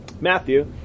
Matthew